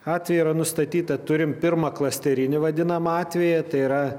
atvejai yra nustatyta turim pirmą klasterinį vadinamą atvejį tai yra